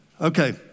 Okay